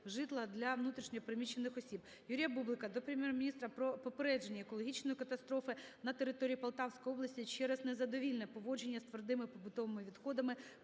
"Житло для внутрішньо переміщених осіб". Юрія Бублика до Прем'єр-міністра про попередження екологічної катастрофи на території Полтавської області через незадовільне поводження з твердими побутовими відходами,